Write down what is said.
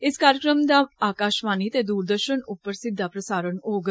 इस कार्जक्रम दा आकाषवाणी ते दूरदर्षन उप्पर सिद्दा प्रसारण होग